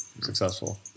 successful